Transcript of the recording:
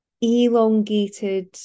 elongated